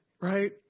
right